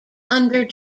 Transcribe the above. under